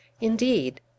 Indeed